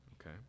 okay